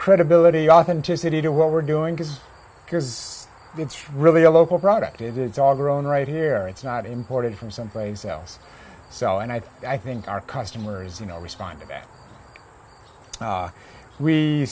credibility authenticity to what we're doing is because it's really a local product it is all grown right here it's not imported from someplace else so and i think i think our customers you know respond to that